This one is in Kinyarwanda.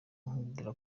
nkubwira